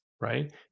right